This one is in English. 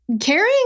carrying